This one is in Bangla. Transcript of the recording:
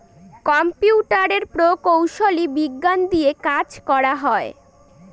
কম্পিউটারের প্রকৌশলী বিজ্ঞান দিয়ে কাজ করা হয়